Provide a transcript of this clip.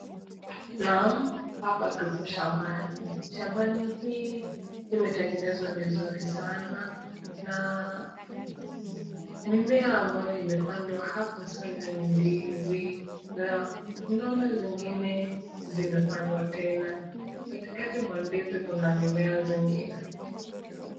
Naam, hapa tuko shambani. Shambani hii imetengenezwa vizuri sana na mimea ambayo imepandwa hapa sana ni ndizi na unaona zingine zimepandwa tena. Kati kati mwa ndizi kuna mimea zingine.